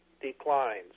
declines